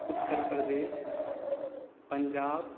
Uttar Pradesh Punjab